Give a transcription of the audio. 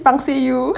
pangseh you